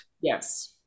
Yes